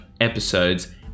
episodes